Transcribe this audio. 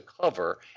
cover